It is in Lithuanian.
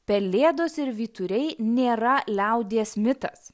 pelėdos ir vyturiai nėra liaudies mitas